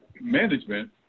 management